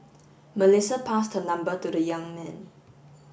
Melissa passed her number to the young man